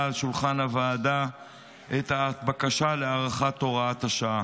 על שולחן הוועדה את הבקשה להארכת הוראת השעה.